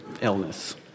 illness